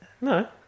No